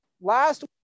last